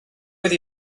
oedd